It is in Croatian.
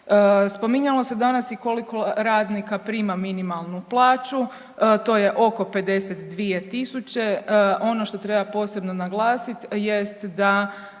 Spominjalo se danas i koliko radnika prima minimalnu plaću, to je oko 52.000. Ono što treba posebno naglasiti jest da